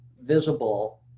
visible